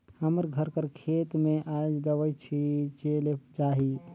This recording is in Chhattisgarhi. हमर घर कर खेत में आएज दवई छींचे ले जाही